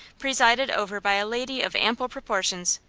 presided over by a lady of ample proportions,